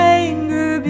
anger